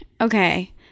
okay